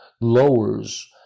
lowers